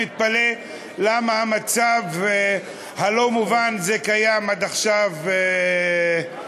אני מתפלא למה המצב הלא-מובן הזה קיים עד עכשיו במדינה.